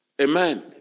Amen